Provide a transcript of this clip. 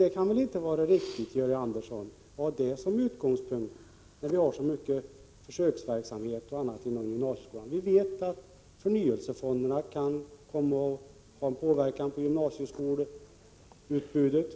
Det kan väl inte vara riktigt att ha det som utgångspunkt, Georg Andersson, när vi har så mycket försöksverksamhet och annat inom gymnasieskolan. Vi vet att förnyelsefonderna kan komma att påverka gymnasieskolans utbud.